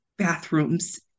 bathrooms